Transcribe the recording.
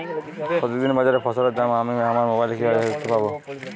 প্রতিদিন বাজারে ফসলের দাম আমি আমার মোবাইলে কিভাবে দেখতে পাব?